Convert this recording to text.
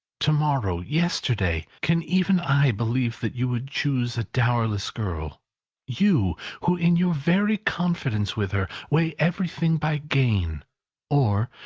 to-morrow, yesterday, can even i believe that you would choose a dowerless girl you who, in your very confidence with her, weigh everything by gain or,